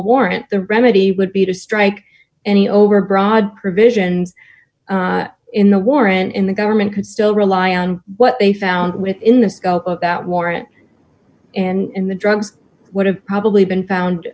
warrant the remedy would be to strike any overbroad provisions in the warrant in the government could still rely on what they found within the scope of that warrant and the drugs would have probably been found